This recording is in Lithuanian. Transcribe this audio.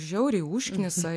žiauriai užknisa